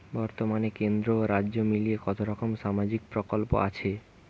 বতর্মানে কেন্দ্র ও রাজ্য মিলিয়ে কতরকম সামাজিক প্রকল্প আছে?